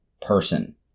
person